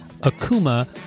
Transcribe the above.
akuma